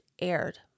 aired